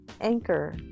Anchor